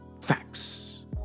facts